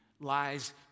lies